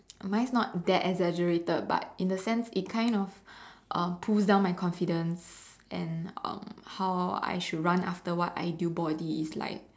mine's not that exaggerated but in the sense it kind of um pulls down my confidence and um how I should run after what ideal body is like